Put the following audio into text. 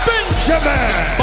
Benjamin